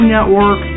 Network